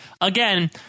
again